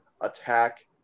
attack